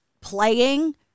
playing